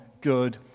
good